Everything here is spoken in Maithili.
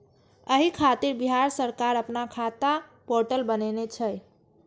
एहि खातिर बिहार सरकार अपना खाता पोर्टल बनेने छै